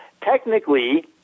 Technically